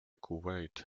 kuwait